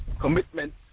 commitment